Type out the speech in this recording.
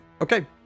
okay